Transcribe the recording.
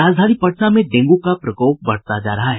राजधानी पटना में डेंगू का प्रकोप बढ़ता जा रहा है